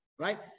Right